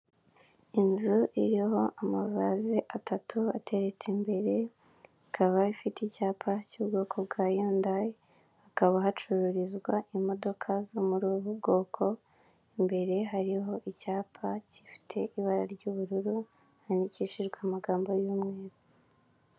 Inzu iriho amavaze atatu ateretse imbere, ikaba ifite icyapa cy'ubwoko bwa yundayi, hakaba hacururizwa imodoka zo muri ubu bwoko, imbere hariho icyapa gifite ibara ry'ubururu handikishijwe amagambo y'umweru.